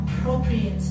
appropriate